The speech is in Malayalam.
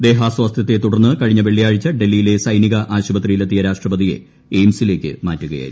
ദേഹാസ്വാസ്ഥത്തെ തുടർന്ന് കഴിഞ്ഞ വെള്ളിയാഴ്ച ഡൽഹിയിലെ സൈനിക ആശുപത്രിയിൽ എത്തിയ രാഷ്ട്രപതിയെ എയിംസിലേക്ക് മാറ്റുകയായിരുന്നു